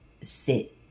sit